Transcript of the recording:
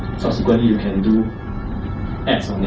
subsequently you can do ads